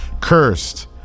Cursed